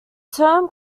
term